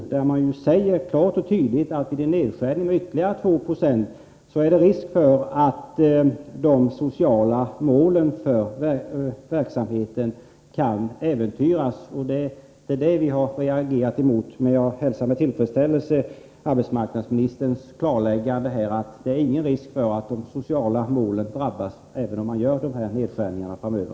Man säger klart och tydligt i detta uttalande att det vid en nedskärning med ytterligare 2 90 finns risk för att de sociala målen för verksamheten äventyras. Det är det vi har reagerat mot. Men jag hälsar med tillfredsställelse arbetsmarknadsministerns klarläggande här, att det inte är någon risk för att de sociala målen drabbas även om man gör dessa nedskärningar framöver.